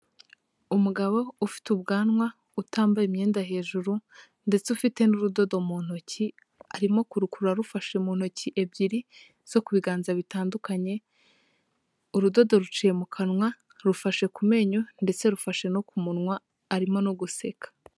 Umugabo ufite ubwanwa utambaye imyenda hejuru ndetse ufite n'urudodo mu ntoki, arimo kukuru rufashe mu ntoki ebyiri zo ku biganza bitandukanye, urudodo ruciye mu kanwa rufashe ku menyo ndetse rufashe no ku munwa arimo no guseka.